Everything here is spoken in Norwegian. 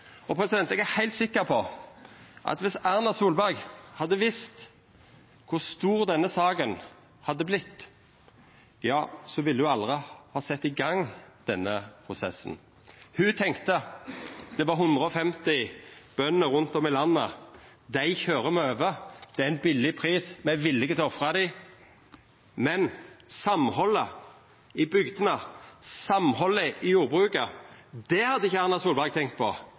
Eg er heilt sikker på at viss Erna Solberg hadde visst kor stor denne saka vart, ville ho aldri ha sett i gang denne prosessen. Ho tenkte at det var 150 bønder rundt om i landet: Dei køyrer me over, det er ein billig pris, me er villige til å ofra dei. Men samhaldet i bygdene og samhaldet i jordbruket hadde ikkje Erna Solberg tenkt på,